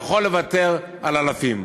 יכול לוותר על אלפים?